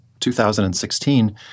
2016